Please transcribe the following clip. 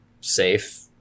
safe